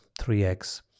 3x